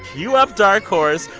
cue up dark horse.